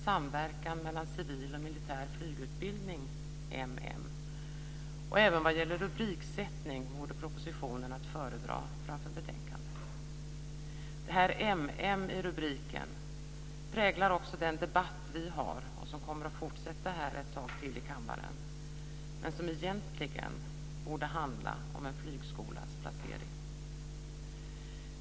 Samverkan mellan civil och militär flygutbildning m.m. Även vad gäller rubriksättning vore propositionen att föredra framför betänkandet. Det här m.m. i rubriken präglar också den debatt vi har. Den kommer att fortsätta ett tag till här i kammaren. Men egentligen borde debatten handla om en flygskolas placering.